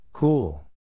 Cool